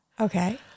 Okay